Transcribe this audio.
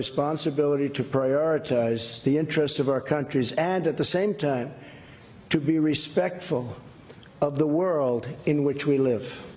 responsibility to prioritize the interests of our countries and at the same to be respectful of the world in which we live